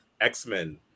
X-Men